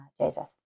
Joseph